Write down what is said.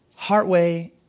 Heartway